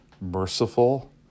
merciful